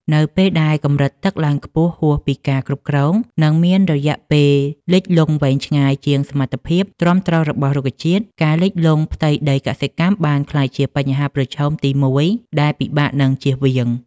នៅពេលដែលកម្រិតទឹកឡើងខ្ពស់ហួសពីការគ្រប់គ្រង និងមានរយៈពេលលិចលង់វែងឆ្ងាយជាងសមត្ថភាពទ្រាំទ្ររបស់រុក្ខជាតិ ការលិចលង់ផ្ទៃដីកសិកម្មបានក្លាយជាបញ្ហាប្រឈមទីមួយដែលពិបាកនឹងជៀសវាង។